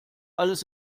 alles